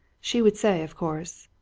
she would say, of course.